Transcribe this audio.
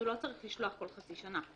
הוא לא צריך לשלוח כל חצי שנה.